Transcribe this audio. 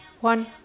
one